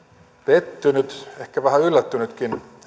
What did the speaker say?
pettynyt ehkä vähän yllättynytkin